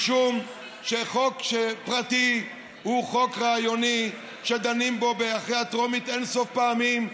משום שחוק פרטי הוא חוק רעיוני שדנים בו אחרי הטרומית אין-סוף פעמים,